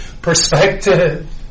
perspective